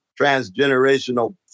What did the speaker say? transgenerational